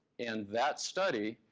and that study,